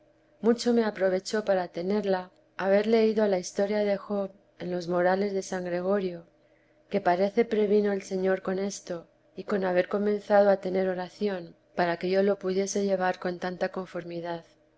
mucho me apro chó para tenerla haber leído la historia de job en morales de san gregorio que parece previno el señor con esto y con haber comenzado a tener oración para que yo lo pudiese llevar con tanta conformidad